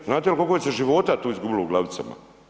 Znate li koliko se života tu izgubilo u Glavicama?